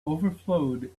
overflowed